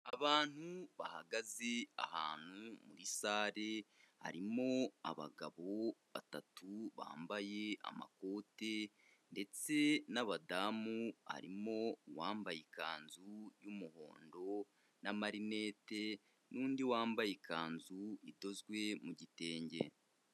Abantu bahagaze ahantu muri sale, harimo abagabo batatu bambaye amakoti ndetse n'abadamu, harimo uwambaye ikanzu y'umuhondo n'amarinete n'undi wambaye ikanzu idozwe mu gitenge.